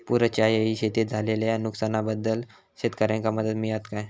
पुराच्यायेळी शेतीत झालेल्या नुकसनाबद्दल शेतकऱ्यांका मदत मिळता काय?